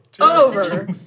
Over